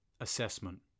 Assessment